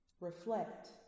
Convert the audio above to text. reflect